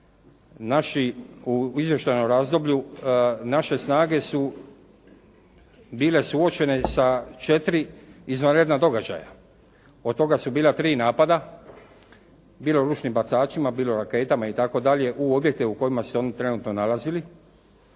u izvještajnom razdoblju, naše snage su bile suočene sa četiri izvanredna događaja, od toga su bila tri napada, bilo ručnim bacačima, bilo raketama itd. u objekte u kojima su se oni trenutno nalazili.